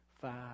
five